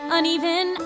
Uneven